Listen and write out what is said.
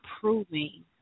proving